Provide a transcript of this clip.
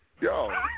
Yo